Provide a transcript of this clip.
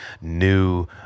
new